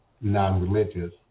non-religious